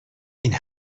این